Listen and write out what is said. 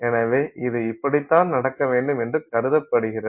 எனவே இது இப்படி தான் நடக்க வேண்டும் என்று கருதப்படுகிறது